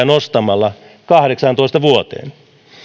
nostamalla oppivelvollisuusikää kahdeksaantoista vuoteen